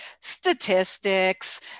statistics